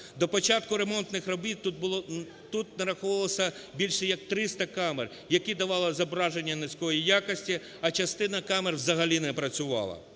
До початку ремонтних робіт тут було… тут нараховувалося більше як 300 камер, які давали зображення низької якості, а частина камер взагалі не працювала.